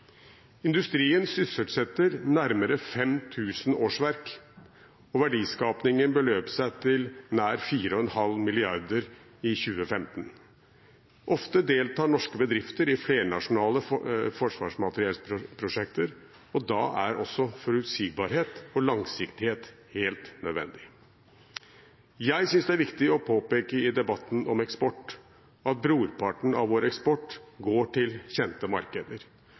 Industrien sysselsatte nærmere 5 000 årsverk, og verdiskapingen beløp seg til nær 4,5 mrd. kr i 2015. Ofte deltar norske bedrifter i flernasjonale forsvarsmateriellposjekter. Da er forutsigbarhet og langsiktighet helt nødvendig. Jeg synes det er viktig å påpeke i debatten om eksport at brorparten av vår eksport går til kjente markeder.